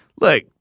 Look